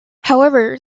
however